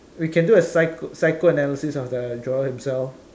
we can do a psy~ psycho-analysis of the drawer himself